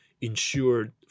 ensured